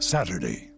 Saturday